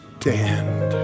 stand